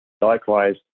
Likewise